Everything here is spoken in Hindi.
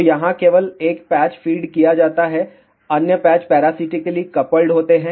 तो यहाँ केवल 1 पैच फीड किया जाता है अन्य पैच पैरासिटिकली कपल्ड होते हैं